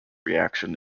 reaction